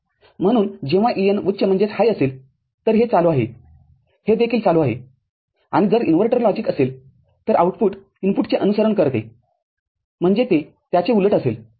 म्हणून जेव्हा EN उच्च असेलतर हे चालू आहे हे देखील चालू आहे आणि जर इनव्हर्टर लॉजिक असेल तर आउटपुट इनपुटचे अनुसरण करते म्हणजे ते त्याचे उलट असेल